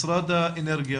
משרד האנרגיה,